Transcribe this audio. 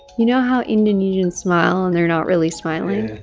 you know how indonesians smile and they're not really smiling?